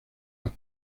las